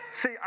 See